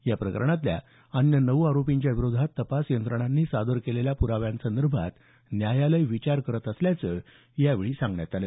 या प्रकरणातल्या अन्य नऊ आरोपींच्या विरोधात तपास यंत्रणांनी सादर केलेल्या प्राव्यांसंदर्भात न्यायालय विचार करत असल्याचं यावेळी सांगण्यात आलं